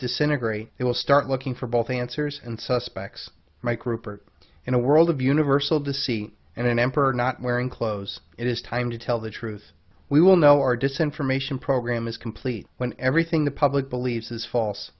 disintegrate they will start looking for both answers and suspects mike rupert in a world of universal deceit and an emperor not wearing clothes it is time to tell the truth we will know our descent from ation program is complete when everything the public believes is false